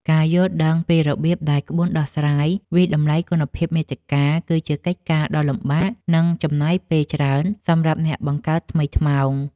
ការយល់ដឹងពីរបៀបដែលក្បួនដោះស្រាយវាយតម្លៃគុណភាពមាតិកា គឺជាកិច្ចការដ៏លំបាក និងចំណាយពេលច្រើនសម្រាប់អ្នកបង្កើតថ្មីថ្មោង។